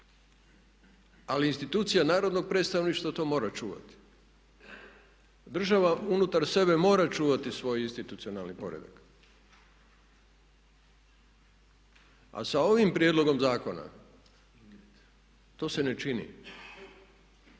Ali institucija narodnog predstavništva to mora čuvati. Država unutar sebe mora čuvati svoj institucionalni poredak. A sa ovim prijedlogom zakona to se ne čini.